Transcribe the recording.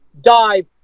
Dive